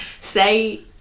Say